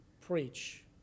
preach